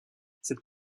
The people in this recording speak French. cette